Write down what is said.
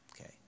Okay